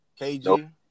KG